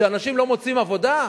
שאנשים לא מוצאים עבודה?